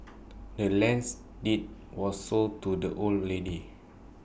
the land's deed was sold to the old lady